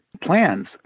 plans